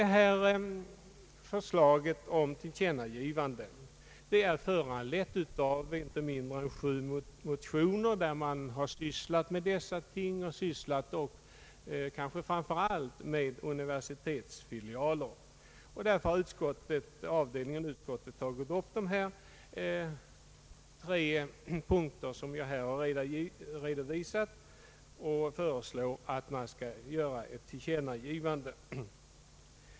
Förslaget att riksdagen bör ge sin mening till känna för Kungl. Maj:t är föranlett av inte mindre än sju motioner i vilka dessa ting har tagits upp, kanske framför allt frågan om universitetsfilialer. Därför har avdelningen i utskottet tagit upp de tre punkter som jag här har redovisat och föreslår att riksdagen bör tillkännage sin mening för Kungl. Maj:t.